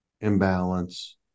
imbalance